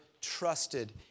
trusted